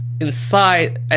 inside